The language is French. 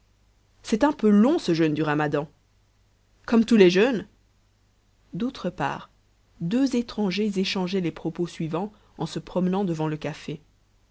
c'est un peu long ce jeûne du ramadan comme tous les jeûnes d'autre part deux étrangers échangeaient les propos suivants en se promenant devant le café